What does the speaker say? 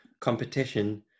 competition